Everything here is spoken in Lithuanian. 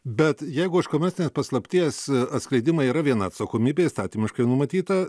bet jeigu už komercinės paslapties atskleidimą yra viena atsakomybė įstatymiškai numatyta